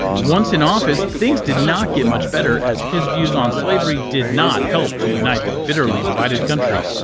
once in office, things did not get much better, as his views on slavery did not help to unite the bitterly divided country.